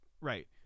right